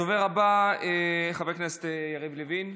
הדובר הבא, חבר הכנסת יריב לוין.